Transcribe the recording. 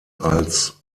als